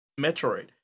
Metroid